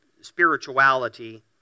spirituality